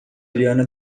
olhando